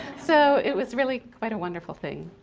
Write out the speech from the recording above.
so it was really quite a wonderful thing.